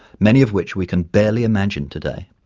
many of which we can barely imagine today.